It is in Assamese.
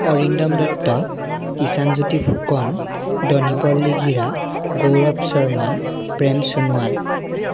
অৰিন্দম দত্ত ঈশানজ্যোতি ফুকন ডনিপল লিগিৰা গৌৰৱ শৰ্মা প্ৰেম সোণোৱাল